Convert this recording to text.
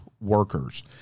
workers